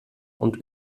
und